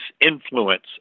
influence